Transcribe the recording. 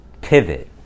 pivot